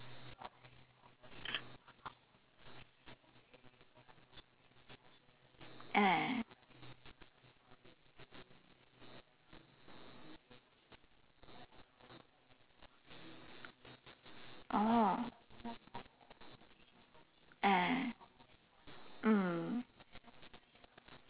ah oh ah mm